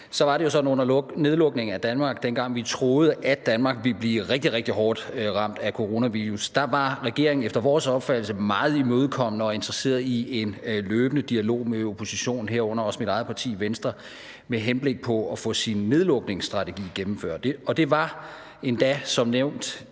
var det jo sådan under nedlukningen af Danmark, dengang vi troede, at Danmark ville blive rigtig, rigtig hårdt ramt af coronavirus, at da var regeringen efter vores opfattelse meget imødekommende og interesseret i en løbende dialog med oppositionen, herunder også mit eget parti, Venstre, med henblik på at få sin nedlukningsstrategi gennemført. Og det var endda som nævnt